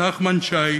נחמן שי,